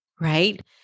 right